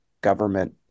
government